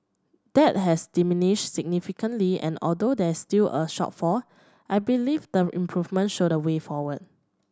that has diminished significantly and although there is still a shortfall I believe them improvement show the way forward